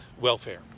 welfare